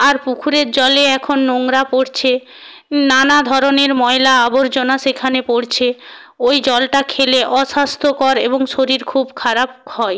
আর পুকুরের জলে এখন নোংরা পড়ছে নানা ধরনের ময়লা আবর্জনা সেখানে পড়ছে ওই জলটা খেলে অস্বাস্থ্যকর এবং শরীর খুব খারাপ হয়